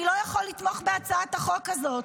אני לא יכול לתמוך בהצעת החוק הזאת.